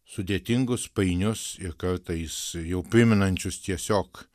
sudėtingus painius ir kartais jau primenančius tiesiog